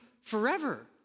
forever